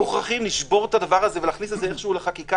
מוכרחים לשבור את הדבר הזה ולהכניס את זה איכשהו לחקיקה.